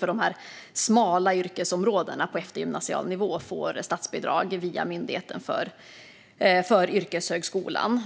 dessa smala yrkesområden får statsbidrag via Myndigheten för yrkeshögskolan.